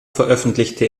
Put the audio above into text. veröffentlichte